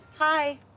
Hi